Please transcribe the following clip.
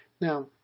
Now